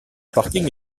parking